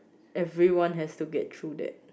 everyone has to get through that